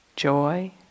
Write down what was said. joy